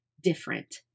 different